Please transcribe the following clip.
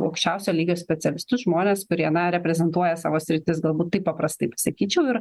aukščiausio lygio specialistus žmones kurie na reprezentuoja savo sritis galbūt taip paprastai sakyčiau ir